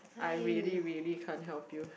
I really really can't help you